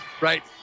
right